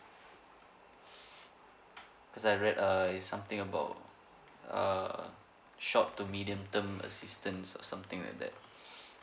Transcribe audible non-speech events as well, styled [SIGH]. cause I read err is something about err short to medium term assistance or something like that [BREATH]